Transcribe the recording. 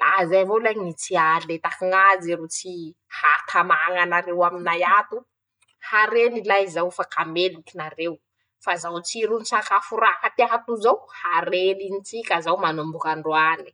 laha zay avao lahy ñy tsy ahaletaky ñazy, ro tsy atamà ñanareo aminay ato, hareny lay zao fa ka meloky nareo, fa zao ntsiron-tsakafo raty ato zao, harenin-tsika zao manomboky androany.